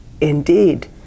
indeed